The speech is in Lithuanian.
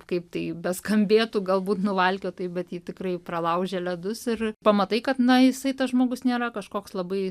kaip tai beskambėtų galbūt nuvalkiotai bet ji tikrai pralaužia ledus ir pamatai kad na jisai tas žmogus nėra kažkoks labai